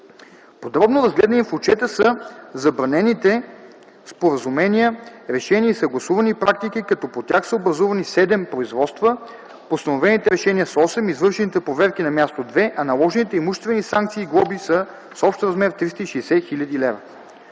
Подробно разгледани в отчета са забранените споразумения, решения и съгласувани практики, като по тях са образувани 7 производства, постановените решения са 8, извършените проверки на място – 2, а наложените имуществени санкции и глоби са с общ размер 360 хил. лв.